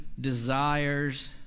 desires